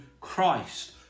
Christ